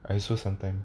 I also sometime